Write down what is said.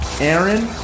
Aaron